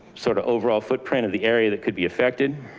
sort of overall footprint of the area that could be affected,